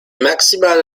maximale